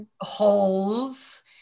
holes